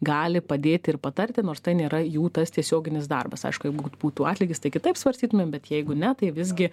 gali padėti ir patarti nors tai nėra jų tas tiesioginis darbas aišku jeigu vat būtų atlygis tai kitaip svarstytumėm bet jeigu ne tai visgi